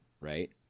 right